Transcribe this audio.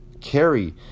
carry